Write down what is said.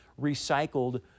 recycled